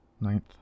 Ninth